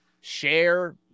share